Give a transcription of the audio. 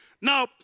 Now